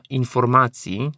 informacji